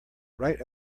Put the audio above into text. write